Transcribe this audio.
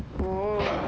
oh